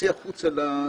תצאי החוצה ותשאלי.